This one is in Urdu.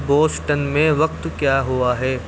بوسٹن میں وقت کیا ہوا ہے